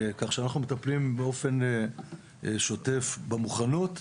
כך שאנחנו מטפלים באופן שוטף במוכנות.